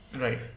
Right